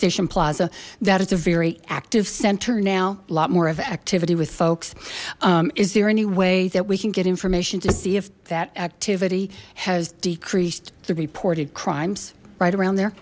station plaza that is a very active center now a lot more of activity with folks is there any way that we can get information to see if that activity has decreased the reported crimes right around there